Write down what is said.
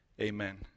Amen